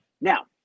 Now